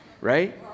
Right